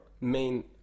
main